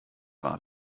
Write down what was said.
wahr